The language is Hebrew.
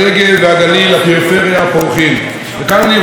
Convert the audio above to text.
וכאן אני רוצה להודות לרב אריה דרעי,